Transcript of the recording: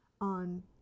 on